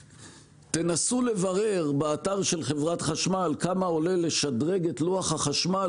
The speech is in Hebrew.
תנסו לברר באתר של חברת חשמל כמה עולה לשדרג את לוח החשמל